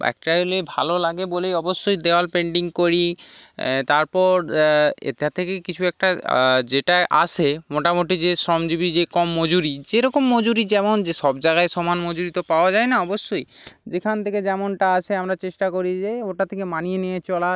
বাচ্চাগুলি ভালো লাগে বলেই অবশ্যই দেওয়াল পেন্টিং করি তারপর এতা থেকেই কিছু একটা যেটা আসে মোটামোটি যে শ্রমজীবী যে কম মজুরি যেরকম মজুরি যেমন যে সব জাগায় সমান মজুরি তো পাওয়া যায় না অবশ্যই যেখান থেকে যেমনটা আসে আমরা চেষ্টা করি যাই ওটা থেকে মানিয়ে নিয়ে চলার